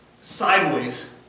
sideways